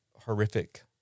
horrific –